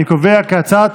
אני קובע כי הצעת